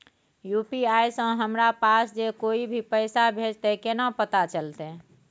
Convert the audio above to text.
UPI से हमरा पास जे कोय भी पैसा भेजतय केना पता चलते?